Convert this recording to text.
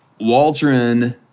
Waldron